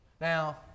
Now